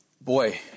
Boy